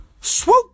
Swoop